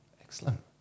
Excellent